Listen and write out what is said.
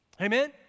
Amen